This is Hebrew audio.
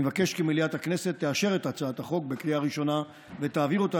אני מבקש כי מליאת הכנסת תאשר את הצעת החוק בקריאה ראשונה ותעביר אותה